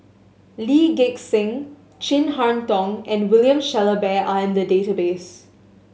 Lee Gek Seng Chin Harn Tong and William Shellabear are in the database